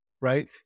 Right